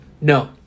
No